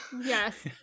Yes